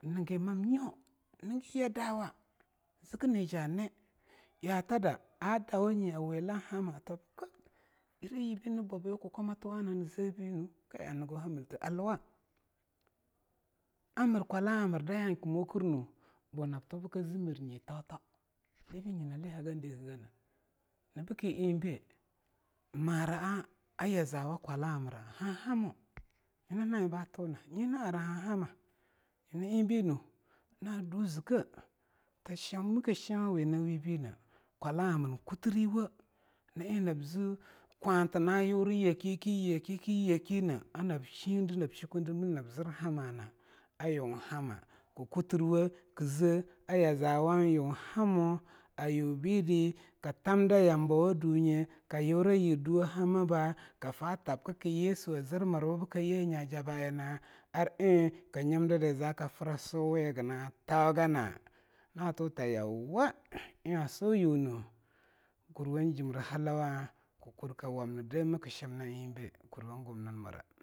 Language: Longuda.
Ngi mamnyo ngi yadawa zkiyijane ya tada adawaneh awilanha b yibi nbwabiwa kukkwatu ana n'zewubinu kai a n'gauhemilte aluwa a mir kwala a mir da ya'eing nab tubk mothirnu bo nab to bkze mirnye toto libei nyi nali hagan dikgene nyina bke eingbei mara'a yazawa kwa la'a mra hanhama nyina na'a eing ba tuna nyie na'ara hanhama na du zkei ta shumki sheingwawi nawibi na takwala'a ang mir n'kutri wei, na'a eing nab ze kwata na yur yake, ke yeke, ke yeki na a nab sheingde nab shikindir mil nab zir hamana ayunhama kkutirwei kze a ya zawan yunhamo ayubidi ka tamda yamboununye kyura yib duwei hamaba kfatabkke yesu a zirwa bkye nyajaba'a na, ar eing knyimdida za kfra siuwihagana taugana na tota yauwa eing asiuyune kurwei n'jimir halawa kkur kwamna demei kshim na eingbei kurnu kurnamb.